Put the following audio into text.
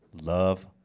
love